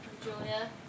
Julia